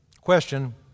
Question